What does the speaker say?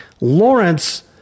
Lawrence